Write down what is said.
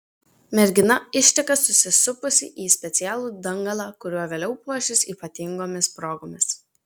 mergina išteka susisupusi į specialų dangalą kuriuo vėliau puošis ypatingomis progomis